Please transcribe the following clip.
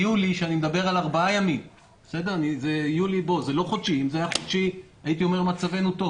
ובארבעה ימים ביולי אם זה היה חודשי הייתי אומר שמצבנו טוב